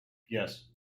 yes